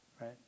right